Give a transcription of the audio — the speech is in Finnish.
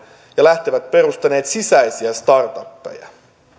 ja perustaneet sisäisiä startupeja